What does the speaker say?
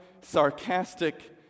sarcastic